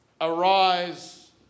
arise